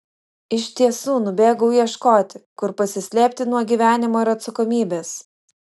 iš tiesų nubėgau ieškoti kur pasislėpti nuo gyvenimo ir atsakomybės